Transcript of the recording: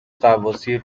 غواصی